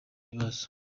ibibazo